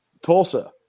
Tulsa